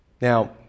Now